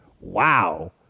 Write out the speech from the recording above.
Wow